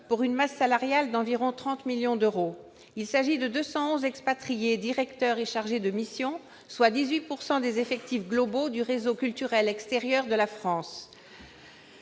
pour une masse salariale d'environ 30 millions d'euros. Il s'agit de 211 expatriés, directeurs et chargés de mission, soit 18 % des effectifs globaux du réseau culturel extérieur de la France.